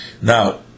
Now